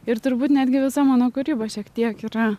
ir turbūt netgi visa mano kūryba šiek tiek yra